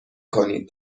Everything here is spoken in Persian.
کنید